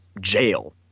jail